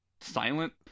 silent